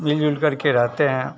मिल जुल करके रहते हैं